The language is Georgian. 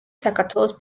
საქართველოს